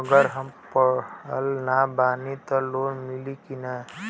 अगर हम पढ़ल ना बानी त लोन मिली कि ना?